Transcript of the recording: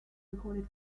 recorded